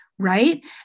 right